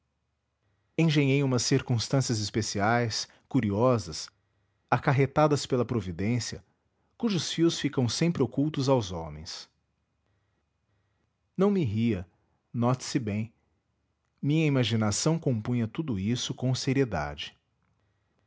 engenhei umas circunstâncias especiais curiosas acarretadas pela providência cujos fios ficam sempre ocultos aos homens não me ria note-se bem minha imaginação compunha tudo isso com seriedade